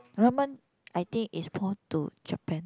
ramen I think is more to Japan